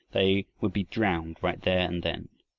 they would be drowned right there and then.